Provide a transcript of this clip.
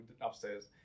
upstairs